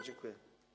Dziękuję.